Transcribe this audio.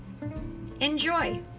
Enjoy